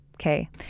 Okay